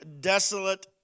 desolate